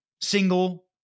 single